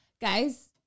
Guys